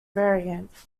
variant